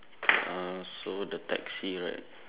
uh so the taxi right